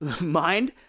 mind